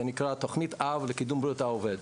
זה נקרא תוכנית אב לקידום בריאות העובד.